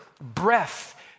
breath